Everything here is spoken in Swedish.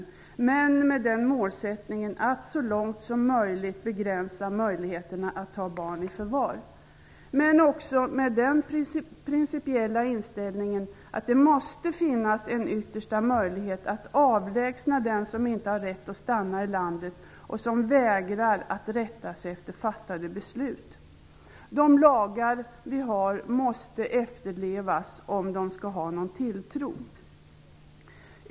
Man måste göra något med den målsättningen att så långt som möjligt begränsa möjligheterna att ta barn i förvar, men också med den principiella inställningen att det måste finnas en yttersta möjlighet att avlägsna den som inte har rätt att stanna i landet och som vägrar att rätta sig efter fattade beslut. De lagar som vi har måste efterlevas om de skall få någon tilltro.